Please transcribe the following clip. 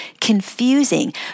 confusing